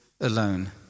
alone